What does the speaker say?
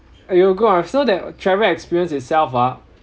you will go ah so that travel experience itself ah